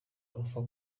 alpha